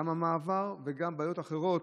גם המעבר וגם בעיות אחרות,